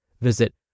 Visit